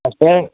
వస్తే